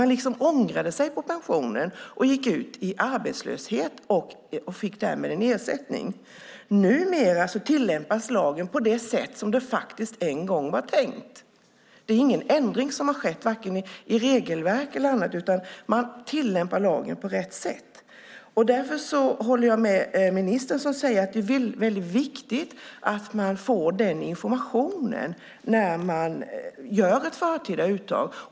Man så att säga ångrade sig beträffande pensionen, gick ut i arbetslöshet och fick därmed en ersättning. Numera tillämpas lagen på det sätt som det en gång var tänkt. Det är alltså ingen ändring som har skett vare sig i regelverk eller i annat utan man tillämpar lagen på rätt sätt. Därför håller jag med ministern om att det är viktigt att man får den informationen när man gör ett förtida uttag.